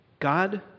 God